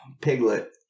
piglet